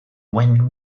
when